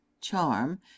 charm